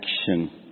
Action